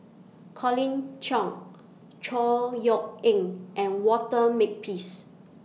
Colin Cheong Chor Yeok Eng and Walter Makepeace